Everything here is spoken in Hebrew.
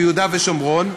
ביהודה ושומרון.